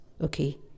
okay